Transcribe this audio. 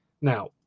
Now